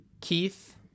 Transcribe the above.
Keith